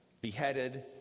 beheaded